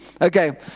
Okay